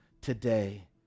today